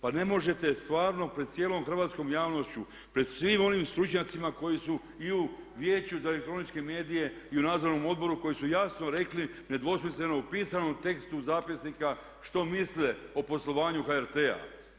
Pa ne možete stvarno pred cijelom hrvatskom javnošću, pred svim onim stručnjacima koji su i u Vijeću za elektroničke medije i u nadzornom odboru koji su jasno rekli i nedvosmisleno u pisanom tekstu zapisnika što misle o poslovanju HRT-a.